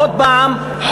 עוד הפעם,